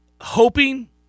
hoping